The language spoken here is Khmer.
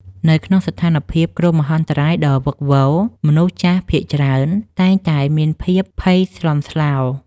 នៅក្នុងស្ថានភាពគ្រោះមហន្តរាយដ៏វឹកវរ មនុស្សចាស់ភាគច្រើនតែងតែមានការភ័យស្លន់ស្លោ។